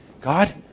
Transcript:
God